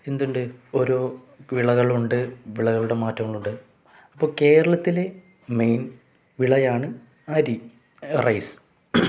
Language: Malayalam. എന്തുണ്ട് ഓരോ വിളകളുണ്ട് വിളകളുടെ മാറ്റങ്ങളങ്ങളുണ്ട് അപ്പ കേരളത്തിലെ മെയിൻ വിളയാണ് അരി റൈസ്